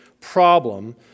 problem